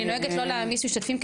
אני נוהגת לא להעמיס משתתפים,